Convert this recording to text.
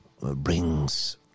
brings